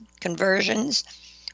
conversions